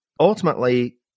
Ultimately